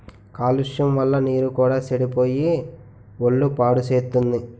కాలుష్యం వల్ల నీరు కూడా సెడిపోయి ఒళ్ళు పాడుసేత్తుంది